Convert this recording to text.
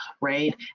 right